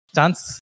Chance